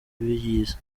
bayizi